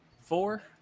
four